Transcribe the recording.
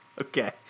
Okay